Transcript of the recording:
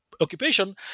occupation